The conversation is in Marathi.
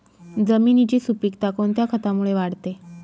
जमिनीची सुपिकता कोणत्या खतामुळे वाढते?